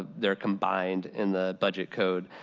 they're combined in the budget code,